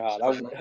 God